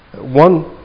one